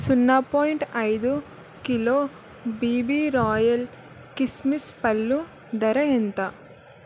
సున్నా పాయింట్ ఐదు kilo BB Royal కిస్మిస్ పళ్ళు ధర ఎంత